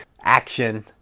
action